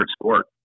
sport